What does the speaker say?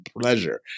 pleasure